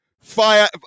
fire